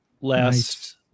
last